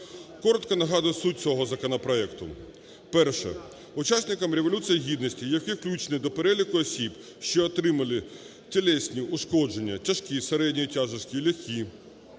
Коротко нагадаю суть цього законопроекту. Перше. Учасникам Революції Гідності, які включені до переліку осіб, що отримали тілесні ушкодження, тяжкі середньої тяжкості, легкі,